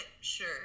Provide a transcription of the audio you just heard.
sure